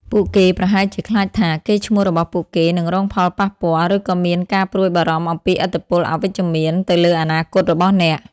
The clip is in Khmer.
ពួកគេប្រហែលជាខ្លាចថា កេរ្តិ៍ឈ្មោះរបស់ពួកគេនឹងរងផលប៉ះពាល់ ឬក៏មានការព្រួយបារម្ភអំពីឥទ្ធិពលអវិជ្ជមានទៅលើអនាគតរបស់អ្នក។